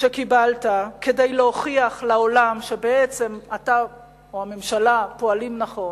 שקיבלת כדי להוכיח לעולם שבעצם אתה או הממשלה פועלים נכון,